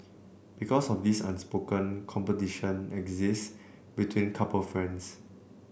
because of this unspoken competition exists between couple friends